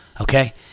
okay